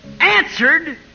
answered